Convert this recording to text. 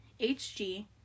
HG